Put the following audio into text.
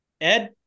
Ed